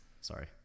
Sorry